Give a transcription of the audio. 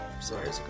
sorry